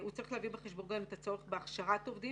הוא צריך להביא בחשבון גם את הצורך בהכשרת עובדים